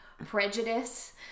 prejudice